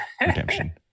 Redemption